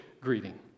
greeting